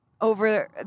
over